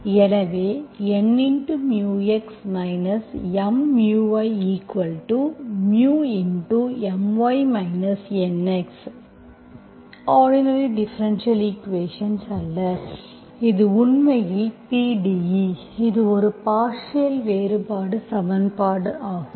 எனவே Nx M yμMy Nx ordinary differential equations அல்ல இது உண்மையில் PDE இது ஒரு பார்ஷியல் வேறுபாடு சமன்பாடு ஆகும்